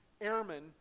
airmen